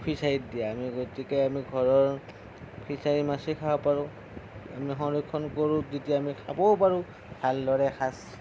ফিচাৰিত দিয়া আমি গতিকে আমি ঘৰৰ ফিচাৰিৰ মাছেই খাব পাৰোঁ আমি সংৰক্ষণ কৰোঁ যেতিয়া আমি খাবও পাৰোঁ ভাল দৰে এসাঁজ